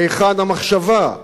היכן המחשבה?